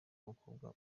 abakobwa